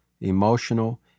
emotional